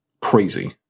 crazy